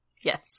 Yes